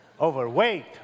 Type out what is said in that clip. overweight